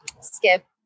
skip